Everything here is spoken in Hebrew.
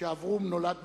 שאברום נולד בתל-אביב,